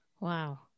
Wow